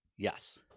Yes